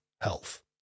health